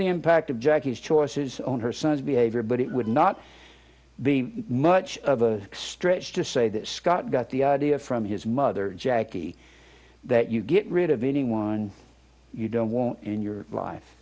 the impact of jackie's choices on her son's behavior but it would not be much of a stretch to say that scott got the idea from his mother jackie that you get rid of anyone you don't want in your life